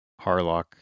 Harlock